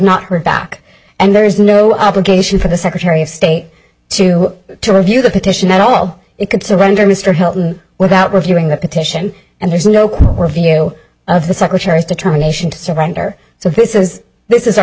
not heard back and there is no obligation for the secretary of state to review the petition at all it could surrender mr helton without reviewing the petition and there's no review of the secretary's determination to surrender so this is this is our